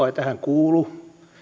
ei tähän kuulu